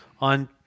on